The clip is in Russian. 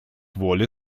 воле